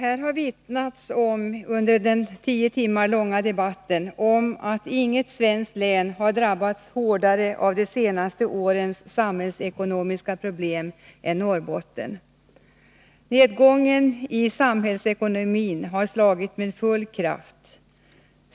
Fru talman! Under den tio timmar långa debatten har det vittnats om att inget svenskt län har drabbats hårdare av de senaste årens samhällsekonomiska problem än Norrbotten. Nedgången i samhällsekonomin har slagit med full kraft.